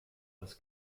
das